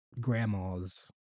grandmas